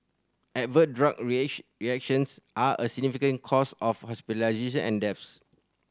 adverse drug reactions are a significant cause of hospitalisation and deaths